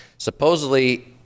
Supposedly